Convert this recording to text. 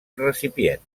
recipient